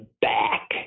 back